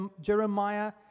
Jeremiah